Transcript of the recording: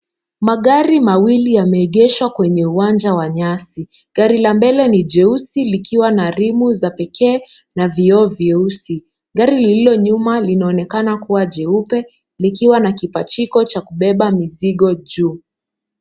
Magari mawili yameegeshwa kwenye uwanja wa nyasi. Gari la mbele ni jeusi likiwa na rimu za pekee na vioo vyeusi. Gari lililo nyuma linaonekana kuwa jeupe likiwa na kipachiko cha kubeba mizigo juu.